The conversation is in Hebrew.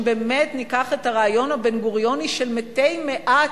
אם באמת ניקח את הרעיון הבן-גוריוני של מתי מעט,